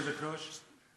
גברתי היושבת-ראש,